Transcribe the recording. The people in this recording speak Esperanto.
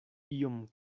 iom